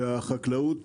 שהחקלאות